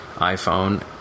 iPhone